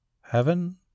Heaven